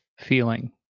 feeling